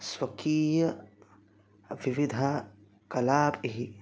स्वकीया विविधा कलाभिः